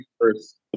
first